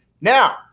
Now